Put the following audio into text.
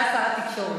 שהיה שר התקשורת.